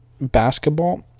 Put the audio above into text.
basketball